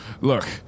look